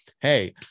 hey